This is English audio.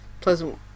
pleasant